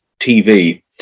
tv